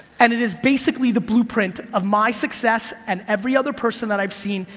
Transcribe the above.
and it is basically the blueprint of my success and every other person that i have seen.